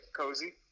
cozy